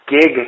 gig